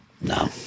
No